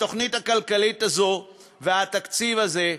התוכנית הכלכלית הזאת והתקציב הזה,